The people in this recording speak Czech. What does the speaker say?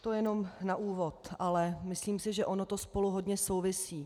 To jenom na úvod, ale myslím si, že ono to spolu hodně souvisí.